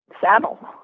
saddle